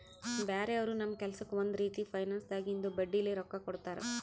ಬ್ಯಾರೆ ಅವರು ನಮ್ ಕೆಲ್ಸಕ್ಕ್ ಒಂದ್ ರೀತಿ ಫೈನಾನ್ಸ್ದಾಗಿಂದು ಬಡ್ಡಿಲೇ ರೊಕ್ಕಾ ಕೊಡ್ತಾರ್